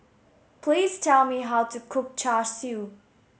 please tell me how to cook Char Siu